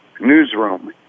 newsroom